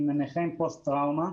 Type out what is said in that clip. פוסט טראומה,